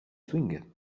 swing